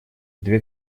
две